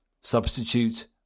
Substitute